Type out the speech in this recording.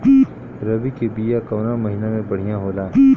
रबी के बिया कवना महीना मे बढ़ियां होला?